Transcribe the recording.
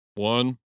One